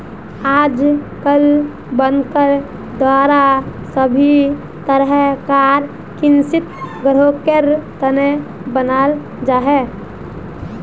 आजकल बनकर द्वारा सभी तरह कार क़िस्त ग्राहकेर तने बनाल जाहा